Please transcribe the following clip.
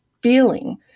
feeling